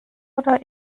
oder